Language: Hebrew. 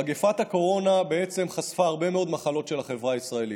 מגפת הקורונה חשפה הרבה מאוד מחלות של החברה הישראלית,